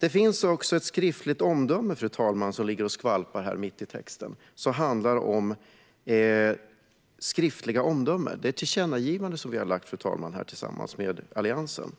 Det finns också ett tillkännagivande om skriftliga omdömen, fru talman, som ligger och skvalpar mitt i texten. Det är ett tillkännagivande som vi har gjort, fru talman, tillsammans med Alliansen.